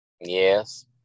Yes